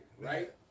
right